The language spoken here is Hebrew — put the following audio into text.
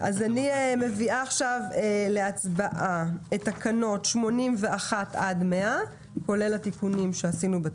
אני מביאה להצבעה תקנות 81 עד 100 כולל התיקונים שעשינו.